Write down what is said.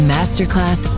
Masterclass